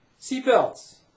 seatbelts